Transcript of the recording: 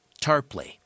Tarpley